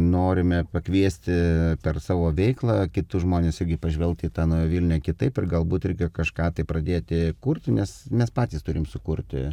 norime pakviesti per savo veiklą kitus žmones irgi pažvelgt į tą naują vilnią kitaip ir galbūt irgi kažką tai pradėti kurti nes mes patys turim sukurti